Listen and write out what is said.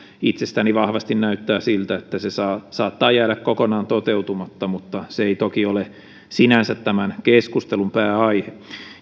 itsestäni vahvasti näyttää siltä että se saattaa jäädä kokonaan toteutumatta mutta se ei toki ole sinänsä tämän keskustelun pääaihe